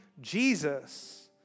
Jesus